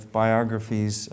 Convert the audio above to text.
biographies